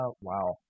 wow